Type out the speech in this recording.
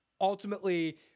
ultimately